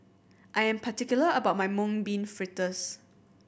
I am particular about my Mung Bean Fritters